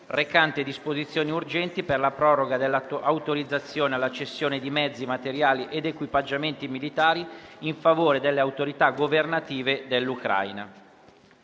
recante disposizioni urgenti per la proroga dell'autorizzazione alla cessioni di mezzi, materiali ed equipaggiamenti militari in favore delle autorità governative dell'Ucraina»